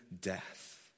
death